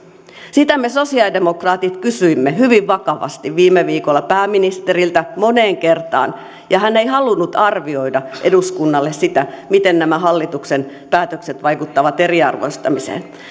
sitä me sosialidemokraatit kysyimme hyvin vakavasti viime viikolla pääministeriltä moneen kertaan ja hän ei halunnut arvioida eduskunnalle sitä miten nämä hallituksen päätökset vaikuttavat eriarvoistamiseen